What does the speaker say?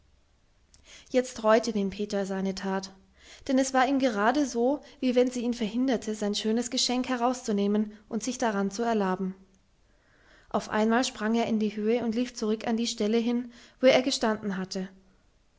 jetzt reute den peter seine tat denn es war ihm gerade so wie wenn sie ihn verhinderte sein schönes geschenk herauszunehmen und sich daran zu erlaben auf einmal sprang er in die höhe und lief zurück auf die stelle hin wo er gestanden hatte